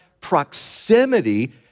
proximity